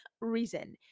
reason